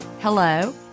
hello